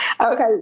Okay